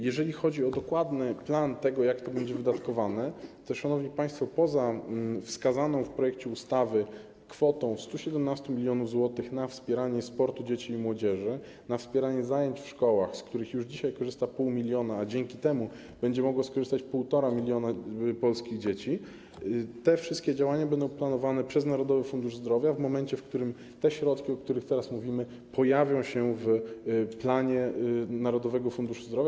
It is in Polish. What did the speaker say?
Jeżeli chodzi o dokładny plan tego, jak to będzie wydatkowane, to szanowni państwo, poza wskazaną w projekcie ustawy kwotą 117 mln zł na wspieranie sportu dzieci i młodzieży, na wspieranie zajęć w szkołach, z których już dzisiaj korzysta 0,5 mln, a dzięki temu będzie mogło skorzystać 1,5 mln polskich dzieci, to wszystkie działania będą planowane przez Narodowy Fundusz Zdrowia w momencie, w którym te środki, o których teraz mówimy, pojawią się w planie finansowym Narodowego Funduszu Zdrowia.